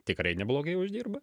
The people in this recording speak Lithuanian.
tikrai neblogai uždirba